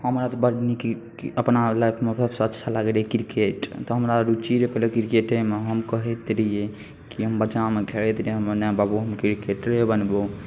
हमरा तऽ बड़ नीक अपना लाइफमे सभसँ अच्छा लागै रहै क्रिकेट तऽ हमरा रुचि रहय पहिले क्रिकेटेमे तऽ हम कहैत रहियै कि हम बच्चामे खेलैत रहियै हम ने बाबू क्रिकेटरे बनबौ